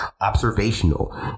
observational